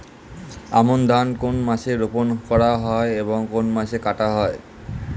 আমন ধান কোন মাসে রোপণ করা হয় এবং কোন মাসে কাটা হয়?